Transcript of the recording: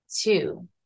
two